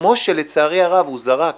כמו שלצערי הרב הוא זרק